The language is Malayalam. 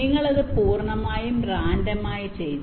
നിങ്ങൾ അത് പൂർണ്ണമായും റാൻഡമായി ചെയ്തു